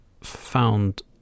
found